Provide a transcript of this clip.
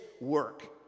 work